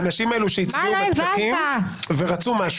האנשים האלה שהצביעו בפתקים ורצו משהו.